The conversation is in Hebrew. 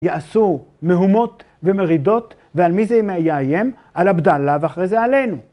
יעשו מהומות ומרידות, ועל מי זה מ-יאיים? על עבדאללה, ואחרי זה עלינו.